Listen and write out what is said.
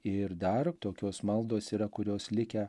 ir dar tokios maldos yra kurios likę